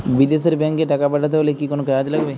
বিদেশের ব্যাংক এ টাকা পাঠাতে হলে কি কোনো চার্জ লাগবে?